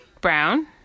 brown